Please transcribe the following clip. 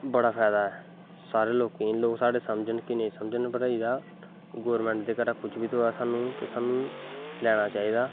बड़ा फैदा ऐ सारें लोकें गी केंई समझन जां नेंई समझन पर एह्दा गौरमैंट दे घरा दा किश बी थ्होऐ साह्नू ते साह्नू लैनां चाही दा